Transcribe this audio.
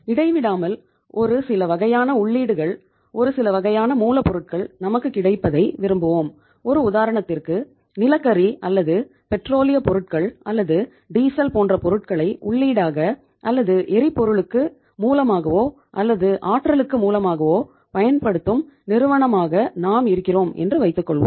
இடைவிடாமல் ஒரு சில வகையான உள்ளீடுகள் ஒரு சில வகையான மூலப்பொருட்கள் நமக்கு கிடைப்பதை விரும்புவோம் ஒரு உதாரணத்திற்கு நிலக்கரி அல்லது பெட்ரோலிய போன்ற பொருட்களை உள்ளீடாக அல்லது எரிபொருளுக்கு மூலமாகவோ அல்லது ஆற்றலுக்கு மூலமாகவோ பயன்படுத்தும் நிறுவனமாக நாம் இருக்கிறோம் என்று வைத்துக் கொள்வோம்